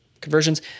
conversions